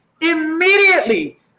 immediately